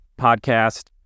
podcast